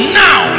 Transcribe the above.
now